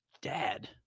Dad